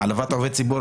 העלבת עובד ציבור,